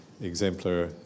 exemplar